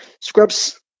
scrubs